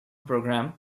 programme